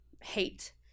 hate